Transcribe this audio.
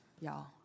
y'all